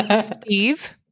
Steve